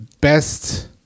best